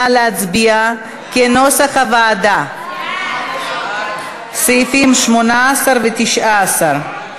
נא להצביע, כנוסח הוועדה, סעיפים 18 ו-19.